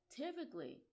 typically